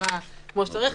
בשגרה כמו שצריך.